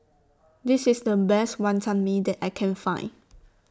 This IS The Best Wantan Mee that I Can Find